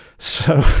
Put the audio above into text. so